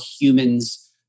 humans